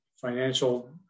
financial